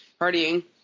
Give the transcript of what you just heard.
partying